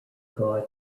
god